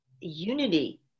unity